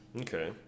Okay